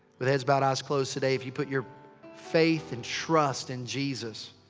with heads bowed, eyes closed. today, if you put your faith and trust in jesus,